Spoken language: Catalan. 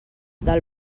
del